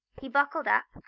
he buckled up,